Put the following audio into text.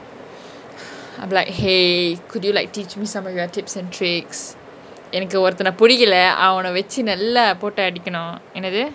I'm like !hey! could you like teach me some of your tips and tricks எனக்கு ஒருத்தன புடிக்கல அவன வச்சு நல்லா போட்டு அடிக்கனு என்னது:enaku oruthana pudikala avana vachu nallaa potu adikanu ennathu